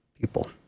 people